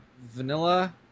vanilla